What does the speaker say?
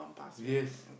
yes